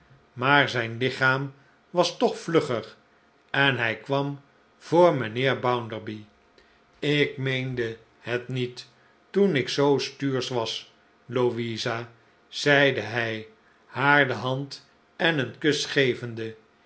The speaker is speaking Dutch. maar zijn lichaam was toch vlugger en hij kwam voor mijnheer bounderby ik meende het niet toen ik zoo stuursch was louisa zeide hij haar de hand en een kus gevende